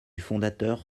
fondateur